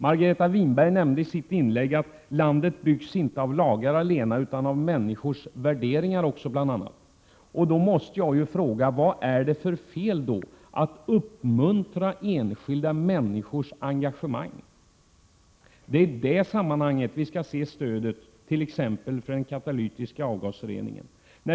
Margareta Winberg nämnde i sitt inlägg att landet inte byggs av lagar allena utan av människors värderingar också. Vad är det då för fel att uppmuntra enskilda människors engagemang? Det är i det sammanhanget vi skall se stödet för t.ex. den katalytiska avgasreningen.